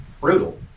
brutal